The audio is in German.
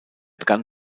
begann